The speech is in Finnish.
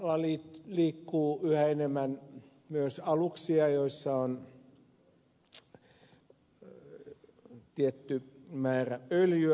saimaalla liikkuu yhä enemmän myös aluksia joissa on tietty määrä öljyä